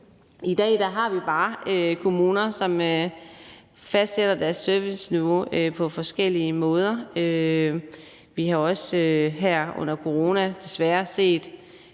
I dag har vi bare kommuner, som fastsætter deres serviceniveau på forskellige måder. Vi har også her under corona desværre set